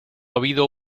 habido